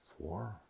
Four